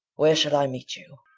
where shall i meet you?